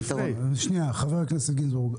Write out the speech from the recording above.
חבר הכנסת גינזבורג,